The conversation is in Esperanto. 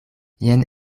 jen